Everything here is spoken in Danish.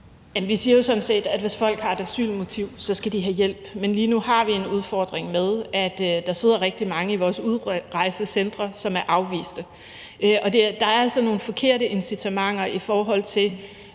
Vi siger jo sådan set, at hvis folk har et asylmotiv, skal de have hjælp, men lige nu har vi en udfordring med, at der sidder rigtig mange i vores udrejsecentre, som er afvist. Der er altså nogle forkerte incitamenter i forhold til